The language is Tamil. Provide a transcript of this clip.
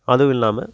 அதுவும் இல்லாமல்